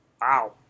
wow